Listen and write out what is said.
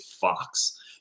Fox